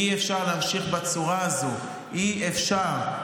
אי-אפשר להמשיך בצורה הזו, אי-אפשר.